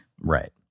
right